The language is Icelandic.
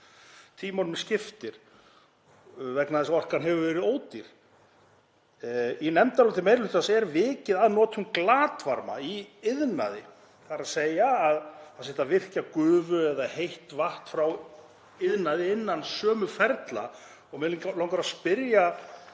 tímunum skiptir vegna þess að orkan hefur verið ódýr. Í nefndaráliti meiri hlutans er vikið að notkun glatvarma í iðnaði, þ.e. að það sé hægt að virkja gufu eða heitt vatn frá iðnaði innan sömu ferla. Mig langar að spyrja